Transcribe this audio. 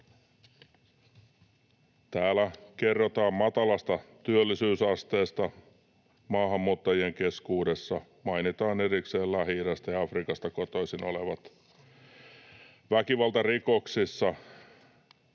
Täällä kerrotaan matalasta työllisyysasteesta maahanmuuttajien keskuudessa, mainitaan erikseen Lähi-idästä ja Afrikasta kotoisin olevat, väkivaltarikoksissa